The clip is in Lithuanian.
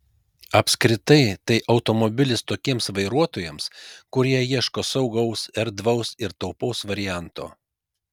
apskritai tai automobilis tokiems vairuotojams kurie ieško saugaus erdvaus ir taupaus varianto